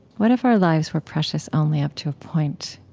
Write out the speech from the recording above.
what if our lives were precious only up to a point?